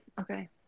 Okay